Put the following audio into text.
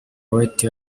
white